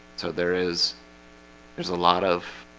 so there is there's a lot of